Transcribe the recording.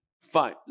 Fine